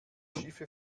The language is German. schiffe